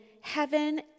heaven